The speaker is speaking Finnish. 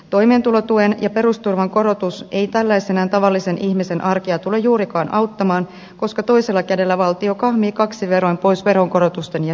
toimeentulotuen ja perusturvan korotus ei tällaisenaan tavallisen ihmisen arkea tule juurikaan auttamaan koska toisella kädellä valtio kahmii kaksin verroin pois veronkorotusten ja säästötoimien kautta